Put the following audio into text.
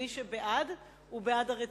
מי שבעד הוא בעד הרציפות.